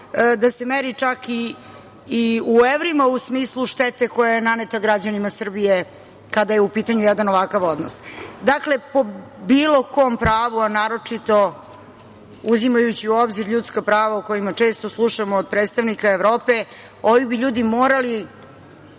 da se meri čak i u evrima u smislu štete koja je naneta građanima Srbije kada je u pitanju jedan ovakav odnos. Dakle, po bilo kom pravu, a naročito uzimajući u obzir ljudska prava o kojima često slušamo od predstavnika Evrope, ovi bi ljudi morali